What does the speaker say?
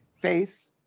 Face